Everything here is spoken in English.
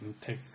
take